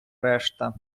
решта